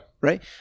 right